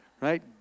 Right